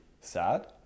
sad